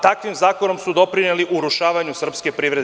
Takvim zakonom su doprineli urušavanju srpske privede.